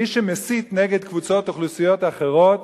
מי שמסית נגד קבוצות אוכלוסייה אחרות